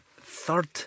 third